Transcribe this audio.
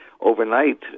overnight